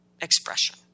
expression